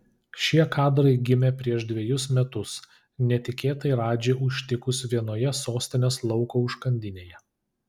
šie kadrai gimė prieš dvejus metus netikėtai radži užtikus vienoje sostinės lauko užkandinėje